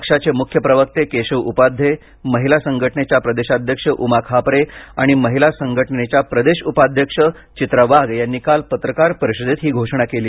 पक्षाचे मुख्य प्रवक्ते केशव उपाध्ये महिला संघटनेच्या प्रदेशाध्यक्ष उमा खापरे आणि महिला संघटनेच्या प्रदेश उपाध्यक्ष चित्रा वाघ यांनी काल पत्रकार परिषदेत ही घोषणा केली